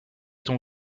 ton